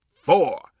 four